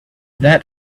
that